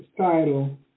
title